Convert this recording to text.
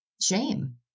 shame